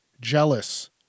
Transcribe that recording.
jealous